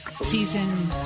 season